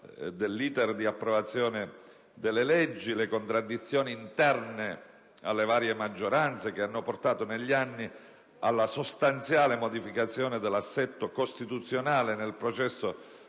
dell'*iter* di approvazione delle leggi, le contraddizioni interne alle varie maggioranze hanno portato negli anni alla sostanziale modificazione dell'assetto costituzionale nel processo